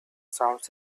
sounds